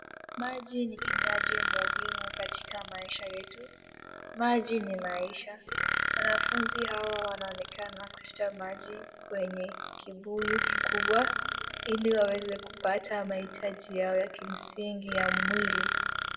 Maji ni kinywaji muhimu katika maisha yetu. Maji ni maisha. Wanafunzi hawa wanaonekana kuchota maji kwenye kibuyu kikubwa ili waweze kupata mahitaji yao ya kimsingi ya mwili.